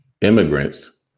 immigrants